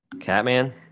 Catman